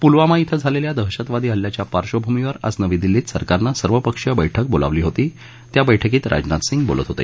पुलवामा क्वें झालेल्या दहशतवादी हल्ल्याच्या पार्श्वभूमीवर आज नवी दिल्लीत सरकारनं सर्वपक्षीय बैठक बोलावली होती त्या बैठकीत राजनाथ सिंग बोलत होते